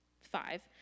five